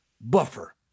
buffer